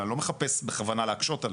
אבל אני לא מחפש בכוונה להקשות עליהם.